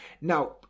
Now